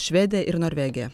švedija ir norvegija